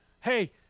Hey